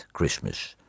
Christmas